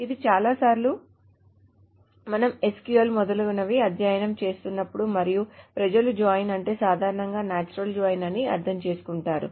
ఇది చాలా చాలా సార్లు మనం SQL మొదలగునవి అధ్యయనం చేస్తున్నప్పుడు మరియు ప్రజలు జాయిన్ అంటే సాధారణంగా నేచురల్ జాయిన్ అని అర్ధం చేసుకుంటారు